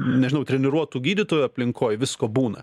nežinau treniruotų gydytojų aplinkoj visko būna